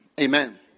Amen